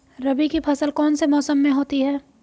रबी की फसल कौन से मौसम में होती है?